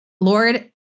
Lord